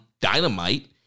Dynamite